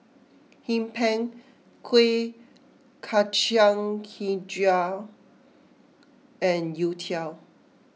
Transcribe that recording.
Hee Pan Kuih Kacang HiJau and Youtiao